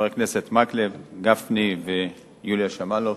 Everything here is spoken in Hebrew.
חברי הכנסת מקלב, גפני ויוליה שמאלוב,